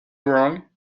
wrong